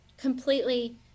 completely